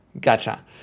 Gotcha